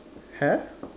have